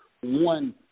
one